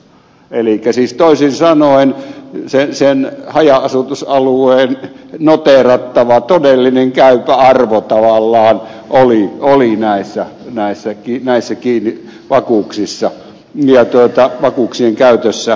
elikkä siis toisin sanoen tavallaan sen haja asutusalueen noteerattava todellinen käypä arvo oli kiinni tässä vakuuksien käytössä